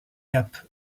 gap